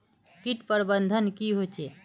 किट प्रबन्धन की होचे?